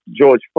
george